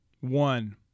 One